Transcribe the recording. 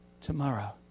tomorrow